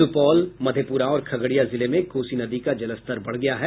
सुपौल मधेपुरा और खगड़िया जिले में कोसी नदी का जलस्तर बढ़ा है